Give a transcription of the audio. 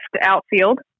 outfield